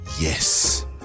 yes